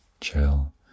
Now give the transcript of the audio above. chill